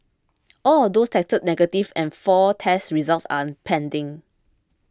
all of those tested negative and four test results are pending